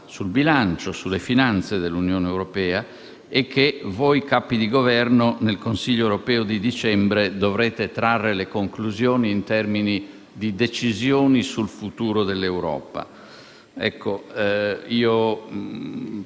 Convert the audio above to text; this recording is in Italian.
sul bilancio dell'Unione europea) e che voi, Capi di Governo, nel Consiglio europeo del prossimo dicembre, dovrete trarre le conclusioni in termini di decisioni sul futuro dell'Europa.